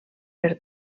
per